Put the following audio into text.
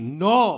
no